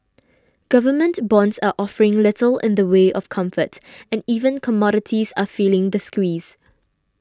government bonds are offering little in the way of comfort and even commodities are feeling the squeeze